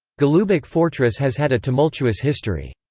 golubac fortress has had a tumultuous history.